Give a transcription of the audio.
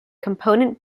component